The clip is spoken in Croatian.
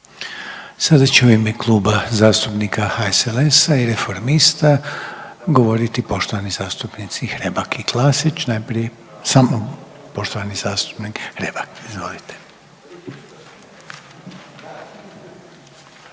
Sada će u ime Kluba zastupnika HSLS-a i Reformista govoriti poštovani zastupnici Hrebak i Klasić, najprije, samo poštovani zastupnik Hrebak. Izvolite.